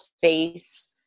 face